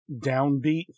downbeat